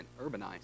urbanized